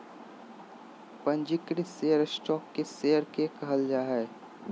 पंजीकृत share stock के share के कहल जा हइ